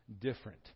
different